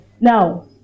Now